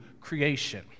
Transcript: creation